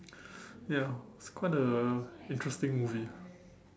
ya it's quite a interesting movie ah